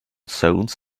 zones